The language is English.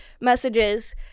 messages